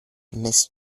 miss